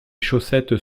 chaussettes